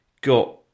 got